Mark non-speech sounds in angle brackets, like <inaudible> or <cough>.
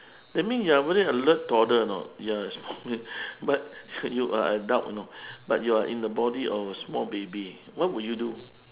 that mean you are really alert toddler know you're <noise> but you are adult you know but you're in the body of a small baby what will you do